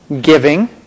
giving